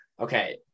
Okay